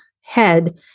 head